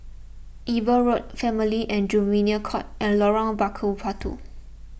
Eber Road Family and Juvenile Court and Lorong Bakar Batu